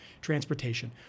transportation